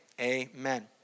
amen